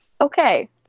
Okay